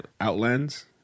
Outlands